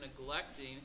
neglecting